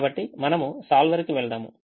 కాబట్టి మనము solver కి వెళ్దాము